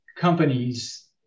companies